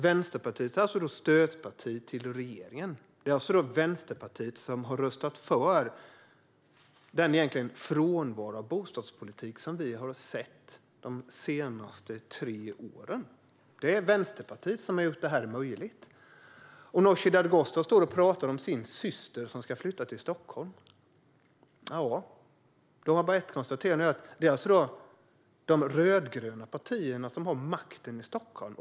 Vänsterpartiet är stödparti till regeringen, och Vänsterpartiet har alltså röstat för den frånvaro av bostadspolitik som vi har sett de senaste tre åren. Det är Vänsterpartiet som har gjort detta möjligt. Nooshi Dadgostar står och pratar om sin syster som ska flytta till Stockholm. Då kan man börja med att konstatera att det är de rödgröna partierna som har makten i Stockholm.